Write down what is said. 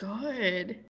good